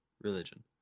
religion